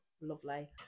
Lovely